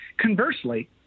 Conversely